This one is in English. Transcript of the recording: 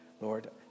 lord